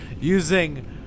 using